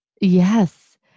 yes